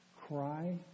Cry